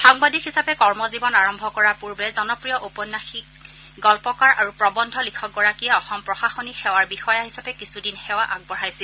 সাংবাদিক হিচাপে কৰ্ম জীৱন আৰম্ভ কৰাৰ পূৰ্বে জনপ্ৰিয় ঔপন্যাসিক গল্পকাৰ আৰু প্ৰবন্ধ লিখক গৰাকীয়ে অসম প্ৰশাসনিক সেৱাৰ বিষয়া হিচাপে কিছুদিন সেৱা আগব্যাইছিল